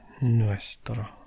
nuestro